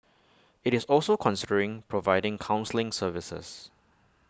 IT is also considering providing counselling services